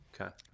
Okay